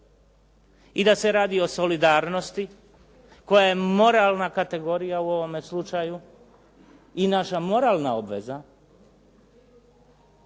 i da se radi o solidarnosti koja je moralna kategorija u ovome slučaju i naša moralna obveza,